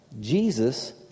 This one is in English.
Jesus